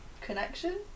connection